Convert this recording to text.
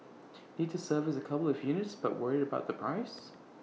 need to service A couple of units but worried about the price